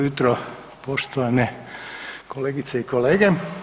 jutro poštovane kolegice i kolege.